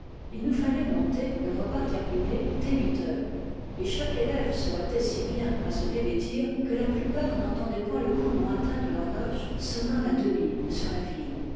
il nous fallait monter le repas terminé dès huit heures et chaque élève se hâtait si bien à se dévêtir que la plupart n'entendait point le coup lointain de l'horloge sonnant la demie sur la ville